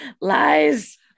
Lies